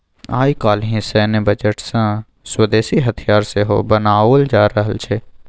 आय काल्हि सैन्य बजट सँ स्वदेशी हथियार सेहो बनाओल जा रहल छै